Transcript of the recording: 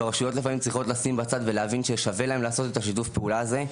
והרשויות לפעמים צריכות לשים בצד ולהבין ששווה להן לעשות את השת"פ הזה,